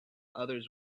others